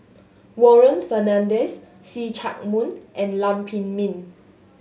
Warren Fernandez See Chak Mun and Lam Pin Min